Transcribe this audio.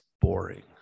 boring